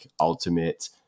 ultimate